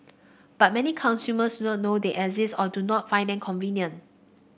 but many consumers do not know they exist or do not find them convenient